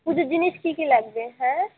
পুজোর জিনিস কী কী লাগবে হ্যাঁ